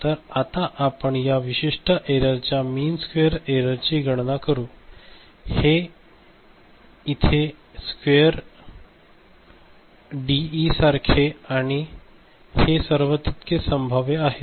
तर आता आपण या विशिष्ट एररच्या मीन स्केवर एरर ची गणना करू हे इजे स्क्वेअर डीई सारखे आहे आणि हे सर्व तितकेच संभाव्य आहेत